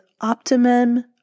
optimum